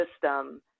system